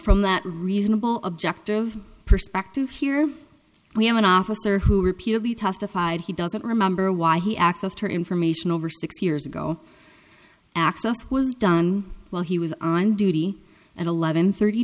from that reasonable objective perspective here we have an officer who repeatedly testified he doesn't remember why he accessed her information over six years ago access was done while he was on duty at eleven thirty